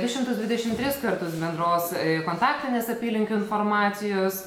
du šimtus dvidešimt tris kartus bendros kontaktinės apylinkių informacijos